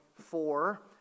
four